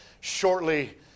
shortly